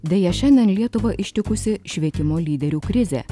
deja šiandien lietuvą ištikusi švietimo lyderių krizė